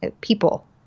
people